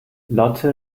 lotte